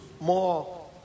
more